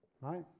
right